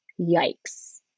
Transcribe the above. yikes